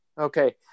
Okay